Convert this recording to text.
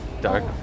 dark